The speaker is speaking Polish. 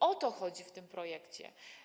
O to chodzi w tym projekcie.